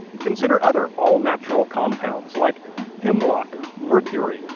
consider other all-natural compounds like hemlock, mercury,